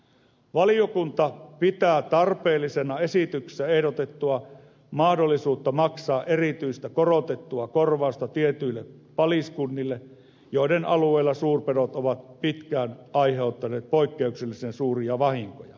valiokunta pitää tarpeellisena esityksessä ehdotettua mahdollisuutta maksaa erityistä korotettua korvausta tietyille paliskunnille joiden alueilla suurpedot ovat pitkään aiheuttaneet poikkeuksellisen suuria vahinkoja